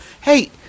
Hey